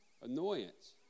Annoyance